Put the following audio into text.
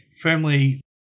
firmly